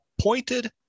pointed